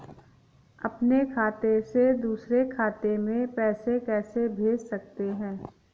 अपने खाते से दूसरे खाते में पैसे कैसे भेज सकते हैं?